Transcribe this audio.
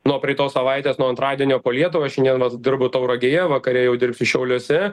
nuo praeitos savaitės nuo antradienio po lietuvą šiandien dirbu tauragėje vakare jau dirbsiu šiauliuose